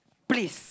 please